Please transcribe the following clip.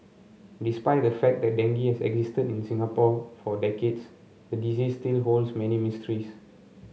despite the fact that dengue has existed in Singapore for decades the disease still holds many mysteries